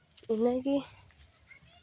ᱤᱱᱟᱹᱜᱮ